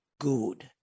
good